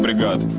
but got